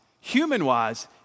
human-wise